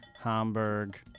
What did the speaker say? Hamburg